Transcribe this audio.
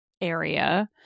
area